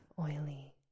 oily